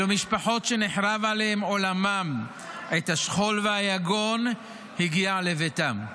אלו משפחות שנחרב עליהן עולמן עת השכול והיגון הגיע לביתן.